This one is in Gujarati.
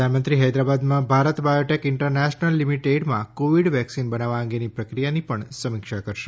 પ્રધાનમંત્રી હૈદરાબાદમાં ભારત બાયોટેક ઇન્ટરનેશનલ લીમીટેડમાં કોવીડ વેકસીન બનાવવા અંગેની પ્રક્રિયાની પણ સમીક્ષા કરશે